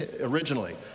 originally